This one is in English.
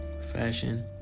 Fashion